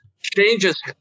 changes